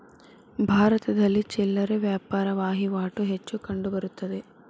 ಭಾರತದಲ್ಲಿ ಚಿಲ್ಲರೆ ವ್ಯಾಪಾರ ವಹಿವಾಟು ಹೆಚ್ಚು ಕಂಡುಬರುತ್ತದೆ